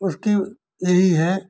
उसकी यही है